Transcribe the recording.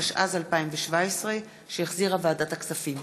התשע"ז 2017, שהחזירה ועדת הכספים.